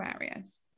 areas